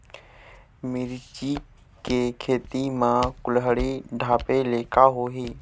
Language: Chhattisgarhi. मिरचा के खेती म कुहड़ी ढापे ले का होही?